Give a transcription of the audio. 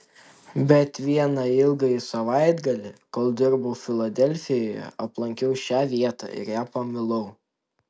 bet vieną ilgąjį savaitgalį kol dirbau filadelfijoje aplankiau šią vietą ir ją pamilau